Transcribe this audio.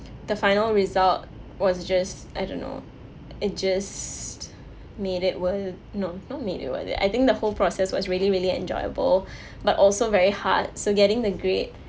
the final result was just I don't know it just made it worth no not made it worth it I think the whole process was really really enjoyable but also very hard so getting the grade